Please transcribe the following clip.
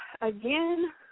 Again